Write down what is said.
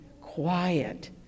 quiet